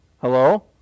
hello